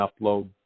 upload